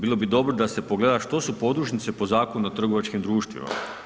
Bilo bi dobro da se pogleda što su podružnice po Zakonu o trgovačkim društvima.